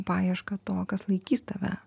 paiešką to kas laikys tave